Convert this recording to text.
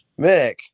Mick